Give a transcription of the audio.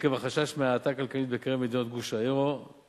עקב החשש מהאטה כלכלית בקרב מדינות גוש היורו